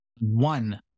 One